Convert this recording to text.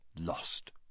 lost